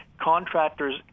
Contractors